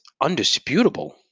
undisputable